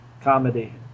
Comedy